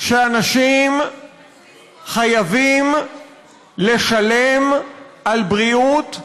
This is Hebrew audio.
שאנשים חייבים לשלם על בריאות,